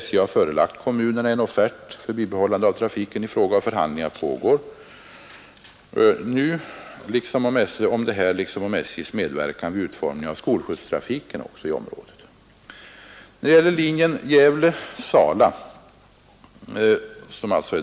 SJ har förelagt kommunerna en offert för bibehållande av trafiken i fråga, och förhandlingar om detta pågår nu liksom om SJ:s medverkan vid utformningen av skolskjutstrafiken i området.